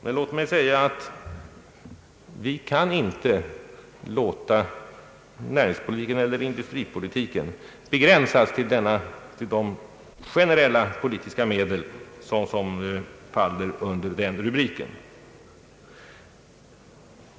Men vi kan inte låta näringseller industripolitiken begränsas till de generella politiska medel som faller under den rubriken.